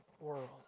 World